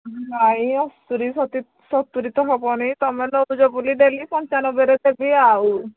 ନାଇଁ ଅଶୀ ସତ ସତୁରୀ ତ ହବନି ତୁମେ ନେଉଛ ବୋଲି ଡେଲି ପଞ୍ଚାନବେରେ ଦେବି ଆଉ